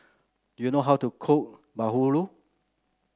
do you know how to cook Bahulu